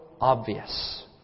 obvious